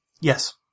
Yes